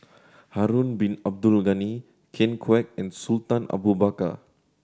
Harun Bin Abdul Ghani Ken Kwek and Sultan Abu Bakar